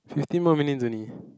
fifteen more minutes only